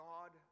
God